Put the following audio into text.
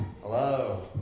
Hello